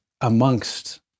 amongst